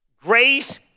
Grace